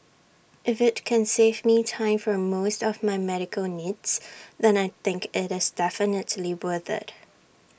if IT can save me time for almost of my medical needs then I think IT is definitely worth IT